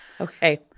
Okay